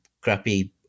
crappy